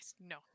No